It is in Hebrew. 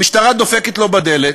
המשטרה דופקת לו בדלת,